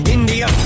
India